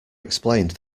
explained